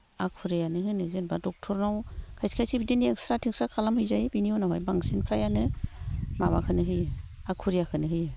आखुरियानो होनो जेन'बा ड'क्टारनाव खायसे खायसे बिदिनो एक्सरे टेक्सरे खालामहैजायो बिनि उनावहाय बांसिन फ्राय आनो माबाखोनो होयो आखुरियाखोनो होयो